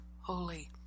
holy